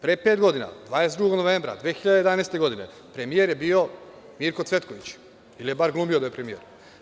Pre pet godina, 22. novembra 2011. godine, premijer je bio Mirko Cvetković ili je bar glumio da je premijer.